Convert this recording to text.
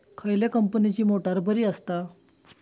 खयल्या कंपनीची मोटार बरी असता?